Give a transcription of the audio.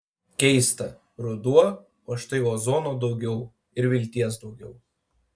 keista ruduo o štai ozono daugiau ir vilties daugiau